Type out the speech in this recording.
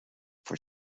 for